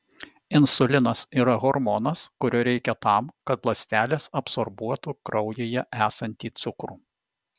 insulinas yra hormonas kurio reikia tam kad ląstelės absorbuotų kraujyje esantį cukrų